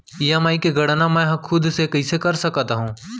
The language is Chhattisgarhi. ई.एम.आई के गड़ना मैं हा खुद से कइसे कर सकत हव?